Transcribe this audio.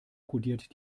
kodiert